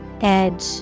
Edge